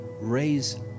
raise